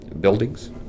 buildings